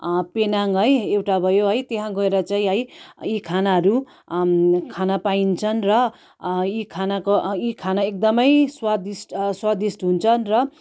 Penang है एउटा भयो है त्यहाँ गएर चाहिँ है यी खानाहरू खान पाइन्छन् र यी खानाको यी खाना एकदमै स्वदिष्ठ स्वदिष्ठ हुन्छन् र